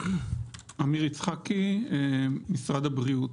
עמיר יצחקי, משרד הבריאות.